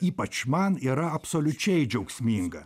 ypač man yra absoliučiai džiaugsminga